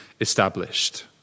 established